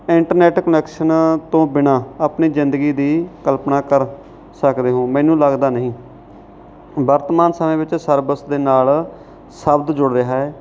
internet ਕੁਨੈਕਸ਼ਨਾਂ ਤੋਂ ਬਿਨਾਂ ਆਪਣੀ ਜ਼ਿੰਦਗੀ ਦੀ ਕਲਪਨਾ ਕਰ ਸਕਦੇ ਹੋ ਮੈਨੂੰ ਲੱਗਦਾ ਨਹੀਂ ਵਰਤਮਾਨ ਸਮੇਂ ਵਿੱਚ ਸਰਵਿਸ ਦੇ ਨਾਲ ਸ਼ਬਦ ਜੁੜ ਰਿਹਾ ਹੈ